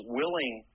willing